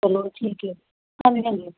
ਚਲੋ ਠੀਕ ਹੈ ਹਾਂਜੀ ਹਾਂਜੀ